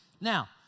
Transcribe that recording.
Now